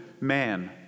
man